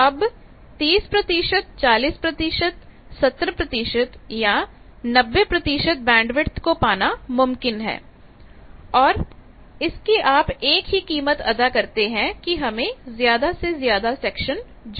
तो 30 40 70 या 90 बैंडविथ को पाना मुमकिन है और इसकी आप एक ही कीमत अदा करते हैं कि हम ज्यादा से ज्यादा सेक्शन जोड़ते जाते हैं